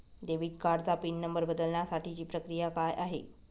Debit कार्डचा pin number बदलण्यासाठीची प्रक्रिया काय आहे?